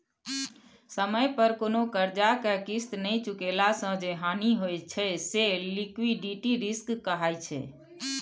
समय पर कोनो करजा केँ किस्त नहि चुकेला सँ जे हानि होइ छै से लिक्विडिटी रिस्क कहाइ छै